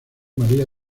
maría